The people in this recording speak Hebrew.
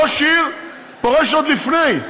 ראש עיר פורש עוד לפני,